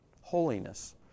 Holiness